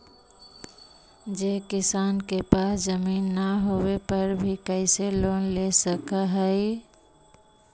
जे किसान के पास जमीन न होवे पर भी कैसे लोन ले सक हइ?